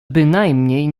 bynajmniej